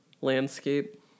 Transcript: landscape